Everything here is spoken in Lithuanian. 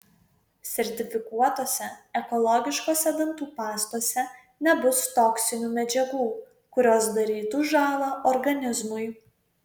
sertifikuotose ekologiškose dantų pastose nebus toksinių medžiagų kurios darytų žąlą organizmui